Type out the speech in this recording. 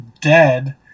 dead